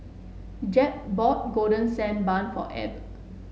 Jep bought Golden Sand Bun for Abb